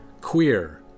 Queer